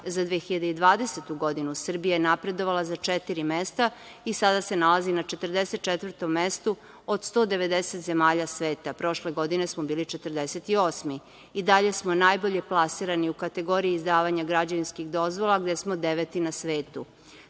za 2020. godinu Srbija je napredovala za četiri mesta i sada se nalazi na 44. mestu, od 190 zemalja sveta. Prošle godine smo bili 48. I dalje smo najbolje plasirani u kategoriji izdavanja građevinskih dozvola, gde smo deveti na svetu.